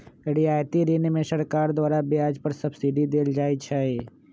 रियायती ऋण में सरकार द्वारा ब्याज पर सब्सिडी देल जाइ छइ